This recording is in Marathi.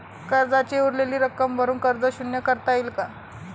कर्जाची उरलेली रक्कम भरून कर्ज शून्य करता येईल का?